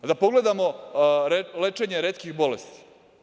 Da pogledamo lečenje retkih bolesti.